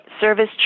service